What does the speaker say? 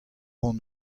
hon